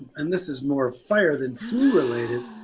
and this is more fire than flu-related,